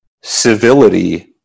civility